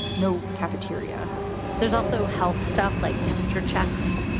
no cafeteria there's also health stuff like temperature checks,